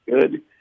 good